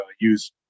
use